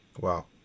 Wow